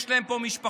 יש להם פה משפחות,